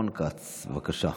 הדובר הבא, חבר הכנסת רון כץ, בבקשה.